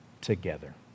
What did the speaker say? together